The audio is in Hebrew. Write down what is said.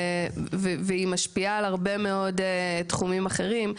והיא משפיעה על הרבה תחומים אחרים,